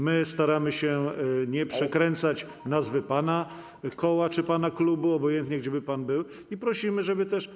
My staramy się nie przekręcać nazwy pana koła czy pana klubu, obojętnie gdzie by pan był, i prosimy, żeby też.